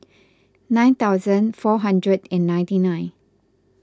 nine thousand four hundred and ninety nine